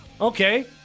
Okay